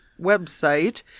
website